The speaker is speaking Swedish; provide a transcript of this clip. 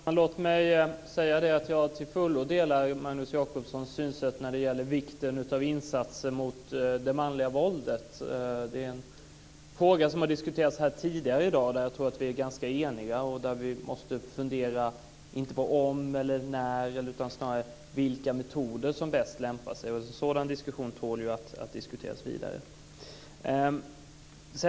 Fru talman! Låt mig säga att jag till fullo delar Magnus Jacobssons synsätt när det gäller vikten av insatser mot det manliga våldet. Det är en fråga som har diskuterats här tidigare i dag och där jag tror att vi är ganska eniga. Vi måste fundera på inte bara om och när utan snarare vilka metoder som bäst lämpar sig. Och detta tål ju att diskuteras vidare.